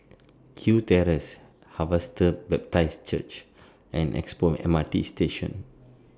Kew Terrace Harvester Baptist Church and Expo M R T Station